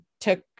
took